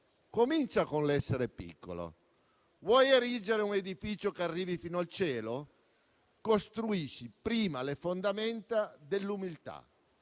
Comincia con l'essere piccolo. Vuoi erigere un edificio che arrivi fino al cielo? Costruisci prima le fondamenta dell'umiltà».